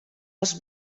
els